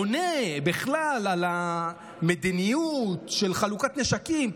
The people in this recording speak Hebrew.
עונה בכלל על המדיניות של חלוקת נשקים,